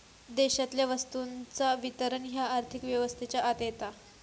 देशातल्या वस्तूंचा वितरण ह्या आर्थिक व्यवस्थेच्या आत येता